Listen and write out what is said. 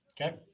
Okay